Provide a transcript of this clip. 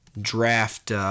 draft